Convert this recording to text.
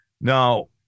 Now